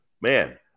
man